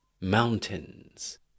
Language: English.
Mountains